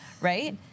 right